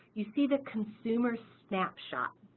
you see the consumer snapshot.